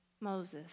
Moses